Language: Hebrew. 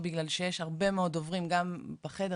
בגלל שיש הרבה מאוד דוברים גם בחדר,